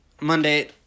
Monday